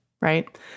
Right